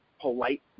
polite